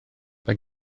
mae